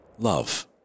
Love